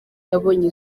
yabonye